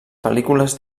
pel·lícules